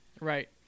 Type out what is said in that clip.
Right